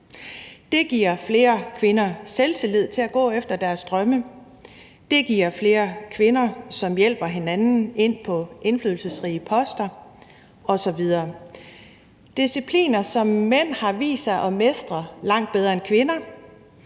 Det giver flere kvinder selvtillid til at gå efter deres drømme, det giver flere kvinder, som hjælper hinanden ind på indflydelsesrige poster osv. – discipliner, som mænd har vist sig at mestre langt bedre end kvinder.